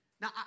Now